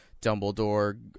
Dumbledore